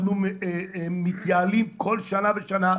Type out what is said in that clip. מנסים לעבוד בצורה מסודרת,